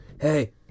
Hey